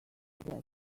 that